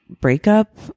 breakup